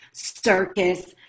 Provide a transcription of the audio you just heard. circus